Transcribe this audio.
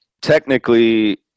technically